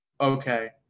Okay